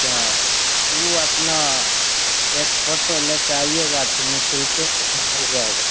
यहाँ अपना एक फोटो ले के आइयेगा तो निशुल्के हो जाएगा